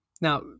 Now